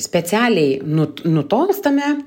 specialiai nut nutolstame